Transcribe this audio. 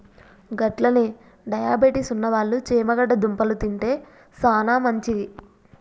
గట్లనే డయాబెటిస్ ఉన్నవాళ్ళు చేమగడ్డ దుంపలు తింటే సానా మంచిది